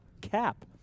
cap